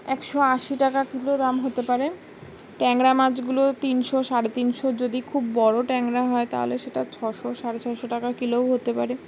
একশো আশি টাকা কিলো দাম হতে পারে ট্যাংরা মাছগুলো তিনশো সাড়ে তিনশো যদি খুব বড়ো ট্যাংরা হয় তাহলে সেটা ছশো সাড়ে ছশো টাকা কিলোও হতে পারে